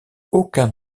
aucun